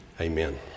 Amen